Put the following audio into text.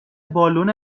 بالون